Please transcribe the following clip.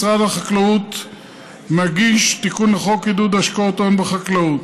משרד החקלאות מגיש תיקון לחוק עידוד השקעות הון בחקלאות.